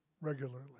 regularly